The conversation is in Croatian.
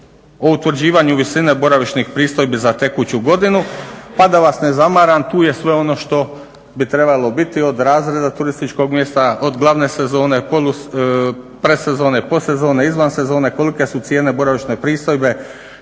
o utvrđivanju visine boravišnih pristojbi za tekuću godinu pa da vas ne zamaram tu je sve ono što bi trebalo biti, od razreda turističkog mjesta, od glavne sezone, pred sezone, pod sezone, izvan sezone, kolike su cijene boravišne pristojbe,